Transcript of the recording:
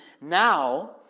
now